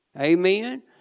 Amen